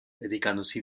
dedicandosi